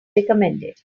recommended